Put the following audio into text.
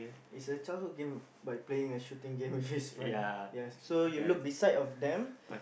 is a childhood game by playing a shooting game with his friend yes so you look beside of them